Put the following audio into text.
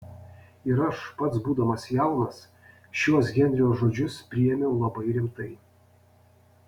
ir aš pats būdamas jaunas šiuos henrio žodžius priėmiau labai rimtai